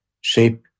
shape